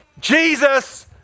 Jesus